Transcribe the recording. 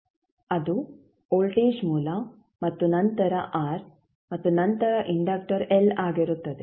ಅದು ವೋಲ್ಟೇಜ್ ಮೂಲ ಮತ್ತು ನಂತರ r ಮತ್ತು ನಂತರ ಇಂಡಕ್ಟರ್ l ಆಗಿರುತ್ತದೆ